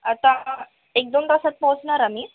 आता एक दोन तासात पोहोचणार आम्ही